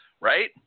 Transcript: Right